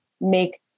make